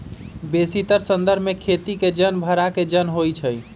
बेशीतर संदर्भ में खेती के जन भड़ा के जन होइ छइ